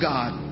God